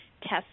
test